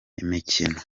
imikino